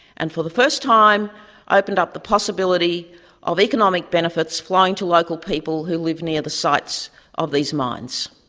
and for the first time opened up the possibility of economic benefits flowing to local people who live near the sites of these mines.